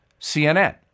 CNN